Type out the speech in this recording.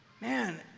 man